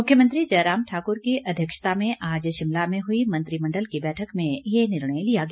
मुख्यमंत्री जयराम ठाक्र की अध्यक्षता में आज शिमला में हुई मंत्रिमंडल की बैठक में ये निर्णय लिया गया